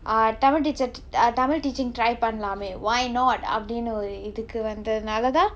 ah tamil teacher uh tamil teaching try பண்ணலாமே:pannalamae why not அப்படின்னு ஒரு இதுக்கு வந்ததுனால தான்:appadinnu oru ithukku vanthathunaala thaan